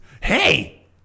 Hey